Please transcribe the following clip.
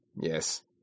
Yes